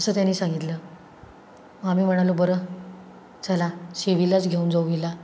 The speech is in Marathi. असं त्यांनी सांगितलं आम्ही म्हणालो बरं चला शिवीलाच घेऊन जाऊ हिला